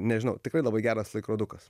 nežinau tikrai labai geras laikrodukas